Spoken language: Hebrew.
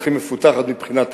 הכי מפותחת מבחינת הידע,